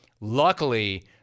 Luckily